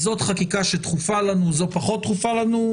זאת חקיקה שדחופה לנו, זאת פחות דחופה לנו.